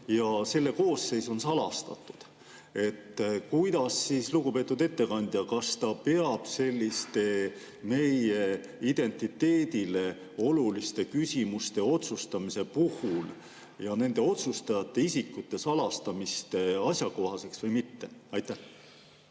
komisjoni koosseis on salastatud. Lugupeetud ettekandja, kas te peate selliste meie identiteedile oluliste küsimuste otsustamise puhul nende otsustajate isikute salastamist asjakohaseks või mitte? Suur